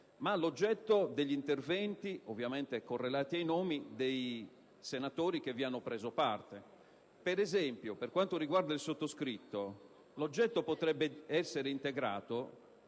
ma l'oggetto degli interventi, ovviamente corredato dai nomi dei senatori intervenuti. Per esempio, per quanto riguarda il sottoscritto, l'oggetto potrebbe essere integrato